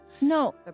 No